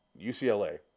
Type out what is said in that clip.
UCLA